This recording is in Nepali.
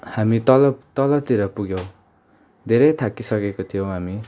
हामी तल तलतिर पुग्यौँ धेरै थाकिसकेको थियौँ हामी